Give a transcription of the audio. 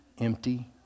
empty